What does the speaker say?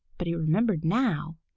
but he remembered now,